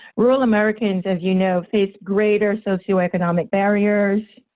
rural americans, as you know, face greater socioeconomic barriers,